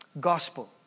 gospel